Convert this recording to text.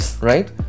Right